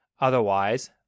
Otherwise